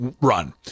run